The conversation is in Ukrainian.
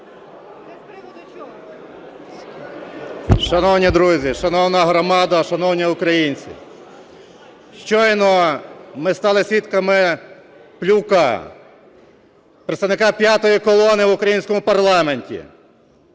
Шановні друзі! Шановна громада! Шановні українці! Щойно ми стали свідками плювка представника "п'ятої колони" в українському парламенті